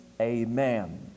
Amen